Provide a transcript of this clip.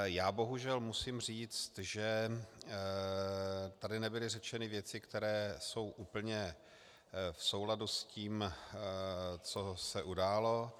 Já bohužel musím říct, že tady nebyly řečeny věci, které jsou úplně v souladu s tím, co se událo.